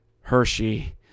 Hershey